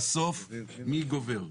בסוף מי גובר?